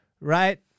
right